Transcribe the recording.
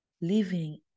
living